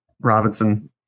Robinson